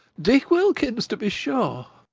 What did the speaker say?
dick wilkins, to be sure!